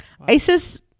Isis